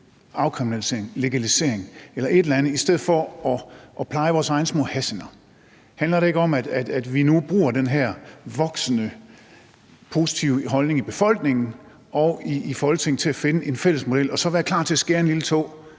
afkriminalisering, legalisering eller et eller andet, i stedet for at pleje vores egne små Hassaner? Handler det ikke om, at vi nu bruger den her voksende positive holdning i befolkningen og i Folketinget til at finde en fælles model og så være klar til at skære en lille tå